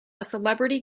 celebrity